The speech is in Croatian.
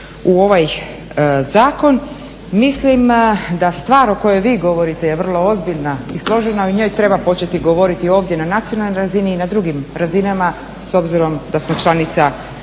u ovaj zakon, mislim da stvar o kojoj vi govorite je vrlo ozbiljna i složena i o njoj treba početi govoriti ovdje na nacionalnoj razini i na drugim razinama s obzirom da smo članica